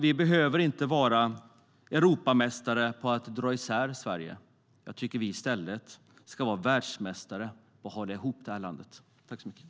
Vi behöver inte vara Europamästare på att dra isär Sverige. Jag tycker att vi i stället ska vara världsmästare i att hålla ihop landet.